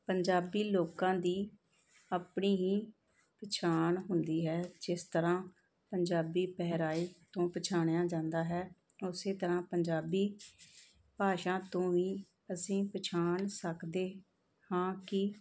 ਪੰਜਾਬੀ ਲੋਕਾਂ ਦੀ ਆਪਣੀ ਹੀ ਪਛਾਣ ਹੁੰਦੀ ਹੈ ਜਿਸ ਤਰ੍ਹਾਂ ਪੰਜਾਬੀ ਪਹਿਰਾਵੇ ਤੋਂ ਪਛਾਣਿਆ ਜਾਂਦਾ ਹੈ ਉਸੇ ਤਰ੍ਹਾਂ ਪੰਜਾਬੀ ਭਾਸ਼ਾ ਤੋਂ ਵੀ ਅਸੀਂ ਪਛਾਣ ਸਕਦੇ ਹਾਂ ਕਿ